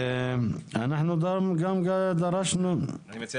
אנחנו גם דרשנו --- אני מציע